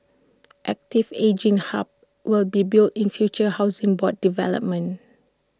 active ageing hubs will be built in future Housing Board developments